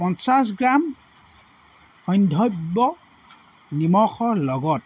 পঞ্চাছ গ্ৰাম সন্ধব্য নিমখৰ লগত